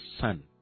son